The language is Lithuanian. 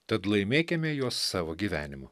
tad laimėkime juos savo gyvenimu